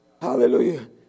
Hallelujah